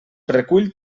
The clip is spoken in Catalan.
recull